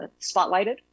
spotlighted